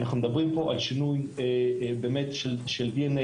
אנחנו מדברים פה על שינוי באמת של די.אן.איי.